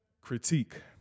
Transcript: critique